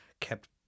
kept